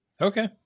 okay